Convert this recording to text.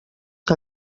que